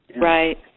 Right